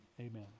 amen